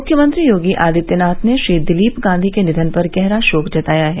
मुख्यमंत्री योगी आदित्यनाथ ने श्री दिलीप गांधी के निधन पर गहरा शोक जताया है